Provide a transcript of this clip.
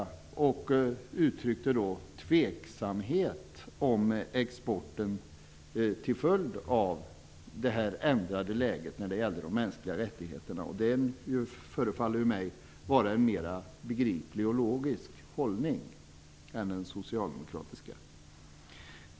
Man uttryckte tveksamhet till exporten till följd av det ändrade läget kring de mänskliga rättigheterna. Det förefaller mig vara en mer begriplig och logisk hållning än den socialdemokratiska.